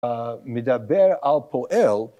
מדבר על פועל